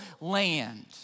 land